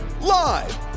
Live